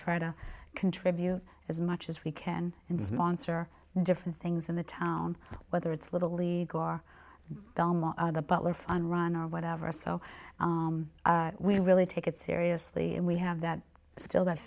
try to contribute as much as we can and sponsor different things in the town whether it's little league or the butler fun run or whatever so we really take it seriously and we have that still